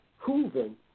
proven